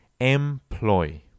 Employ